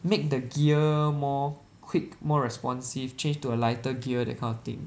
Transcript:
make the gear more quick more responsive change to a lighter gear that kind of thing